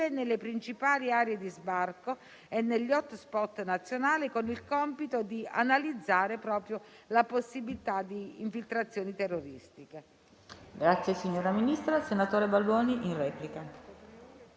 nelle principali aree di sbarco e negli *hotspot* nazionali, con il compito di analizzare proprio la possibilità di infiltrazioni terroristiche.